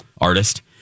artist